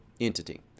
entity